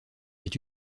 est